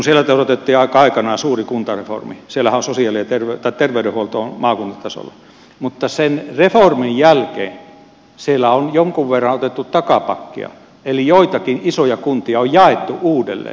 siellä toteutettiin aikanaan suuri kuntareformi siellähän terveydenhuolto on maakuntatasolla mutta sen reformin jälkeen siellä on jonkun verran otettu takapakkia eli joitakin isoja kuntia on jaettu uudelleen